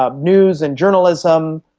ah news and journalism,